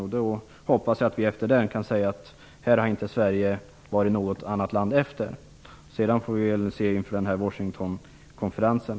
Jag hoppas att vi efter den kan säga att Sverige inte har varit efter något annat land. Sedan får vi väl se inför Washingtonkonferensen.